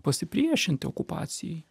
pasipriešinti okupacijai